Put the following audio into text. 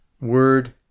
word